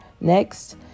next